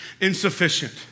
insufficient